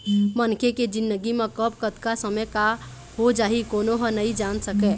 मनखे के जिनगी म कब, कतका समे का हो जाही कोनो ह नइ जान सकय